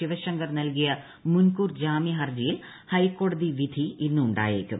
ശിവശങ്കർ നൽകിയ മുൻകൂർ ജാമ്യ ഹർജിയിൽ ഹൈക്കോടതി വിധി ഇന്ന് ഉണ്ടായേക്കും